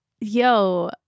Yo